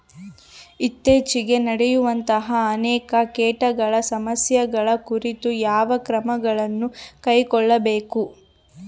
ಇತ್ತೇಚಿಗೆ ನಡೆಯುವಂತಹ ಅನೇಕ ಕೇಟಗಳ ಸಮಸ್ಯೆಗಳ ಕುರಿತು ಯಾವ ಕ್ರಮಗಳನ್ನು ಕೈಗೊಳ್ಳಬೇಕು?